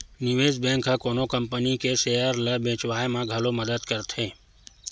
निवेस बेंक ह कोनो कंपनी के सेयर ल बेचवाय म घलो मदद करथे